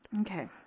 Okay